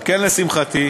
על כן, לשמחתי,